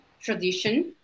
tradition